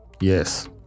Yes